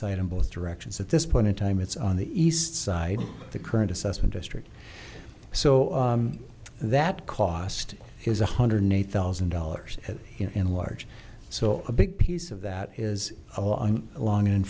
side in both directions at this point in time it's on the east side of the current assessment district so that cost is one hundred eighty thousand dollars in large so a big piece of that is a long